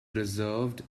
preserved